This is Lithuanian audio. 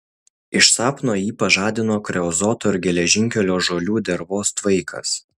iš sapno jį pažadino kreozoto ir geležinkelio žuolių dervos tvaikas